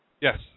Yes